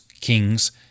kings